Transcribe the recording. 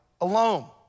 alone